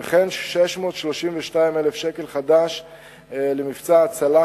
וכן 632,000 שקל למבצע הצלה,